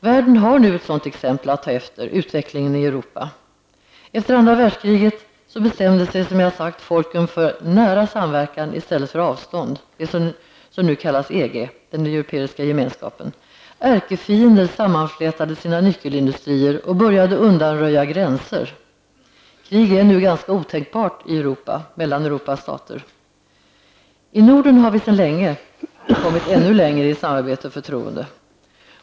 Världen har nu ett sådant exempel att ta efter: Efter andra världskriget bestämde sig folken, som jag sagt, för nära samverkan i stället för avstånd, det som nu kallas EG, den europeiska gemenskapen. Ärkefiender sammanflätade sina nyckelindustrier och började undanröja gränser. Krig är nu ganska otänkbart mellan Europas stater. I Norden har vi sedan lång tid kommit ännu längre i samarbete och förtroende.